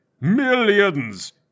Millions